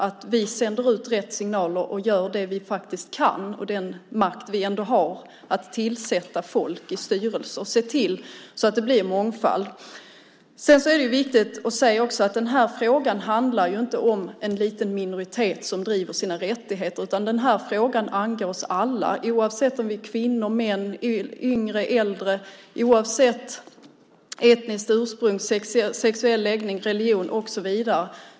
Vi måste sända ut rätt signaler och göra det vi kan med den makt vi har att tillsätta folk i styrelser och se till att det blir mångfald. Det är också viktigt att säga att den här frågan inte handlar om en liten minoritet som driver sina rättigheter utan den här frågan angår oss alla, oavsett om vi är kvinnor eller män, yngre eller äldre, oavsett etniskt ursprung, sexuell läggning, religion och så vidare.